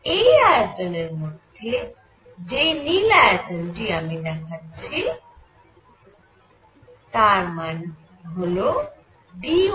এই আয়তনের মধ্যে যেই নীল আয়তনটি আমি দেখাচ্ছি আর তার মান হল dr2r